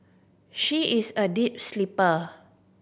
she is a deep sleeper